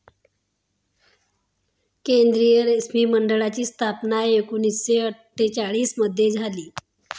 केंद्रीय रेशीम मंडळाची स्थापना एकूणशे अट्ठेचालिश मध्ये झाली